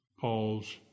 Paul's